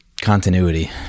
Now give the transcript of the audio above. Continuity